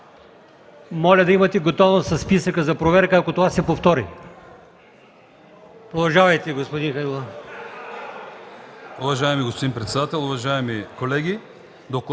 Моля да имате готовност със списъка за проверка, ако това се повтори.